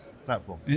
platform